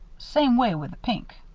same way with the pink.